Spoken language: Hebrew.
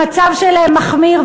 המצב שלהן מחמיר,